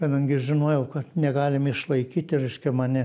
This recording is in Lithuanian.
kadangi žinojau kad negalim išlaikyti reiškia mane